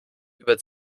über